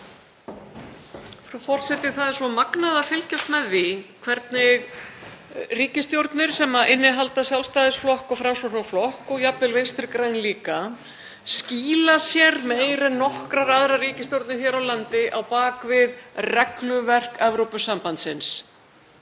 Frú forseti. Það er svo magnað að fylgjast með því hvernig ríkisstjórnir sem innihalda Sjálfstæðisflokk og Framsóknarflokk, og jafnvel Vinstri græn líka, skýla sér meira en nokkrar aðrar ríkisstjórnir hér á landi á bak við regluverk Evrópusambandsins.